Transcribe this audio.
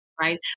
Right